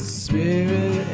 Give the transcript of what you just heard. spirit